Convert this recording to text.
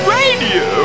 radio